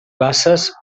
basses